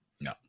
No